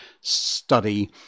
study